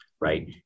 Right